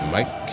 Mike